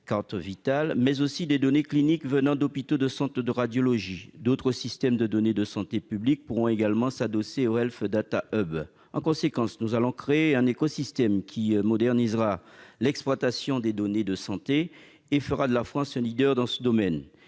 carte Vitale, mais aussi des données cliniques venant d'hôpitaux ou de centres de radiologie. D'autres systèmes de données de santé publics pourront également s'adosser au Health Data Hub. En conséquence, nous allons créer un écosystème qui modernisera l'exploitation des données de santé et fera de la France un leader dans ce domaine.